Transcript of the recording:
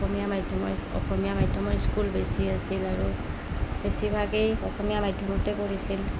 অসমীয়া মাধ্যমৰ অসমীয়া মাধ্যমৰ স্কুল বেছি আছিল আৰু বেছিভাগেই অসমীয়া মাধ্যমতে পঢ়িছিল